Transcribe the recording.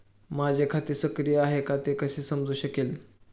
माझे खाते सक्रिय आहे का ते कसे समजू शकेल?